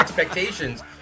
Expectations